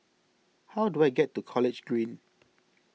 how do I get to College Green